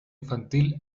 infantil